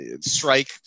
strike